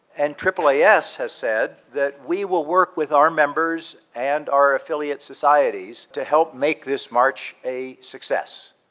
and aaas has said that we will work with our members and our affiliate societies to help make this march a success.